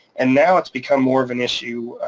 and now it's become more of an issue,